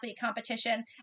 competition